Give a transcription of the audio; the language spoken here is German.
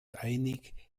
einig